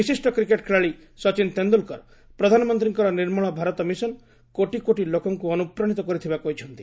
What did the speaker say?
ବିଶିଷ୍ଟ କ୍ରିକେଟ ଖେଳାଳି ସଚିନ ତେନ୍ଦୁଲକର ପ୍ରଧାନମନ୍ତ୍ରୀଙ୍କ ନିର୍ମଳ ଭାରତ ମିଶନ କୋଟି କୋଟି ଲୋକଙ୍କୁ ଅନୁପ୍ରାଣିତ କରିଥିବା କହିଛନ୍ତି